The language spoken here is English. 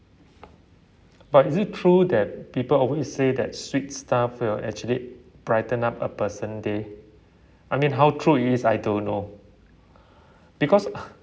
but is it true that people always say that sweet stuff will actually brighten up a person day I mean how true it is I don't know because uh